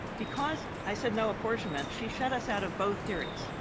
because i said no apportionment, she shut us out of both theories.